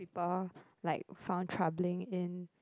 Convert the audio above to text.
Sngapore like found troubling in